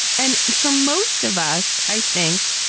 and for most of us, i think,